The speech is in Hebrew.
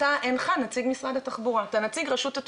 אתה לא צריך להתנצל,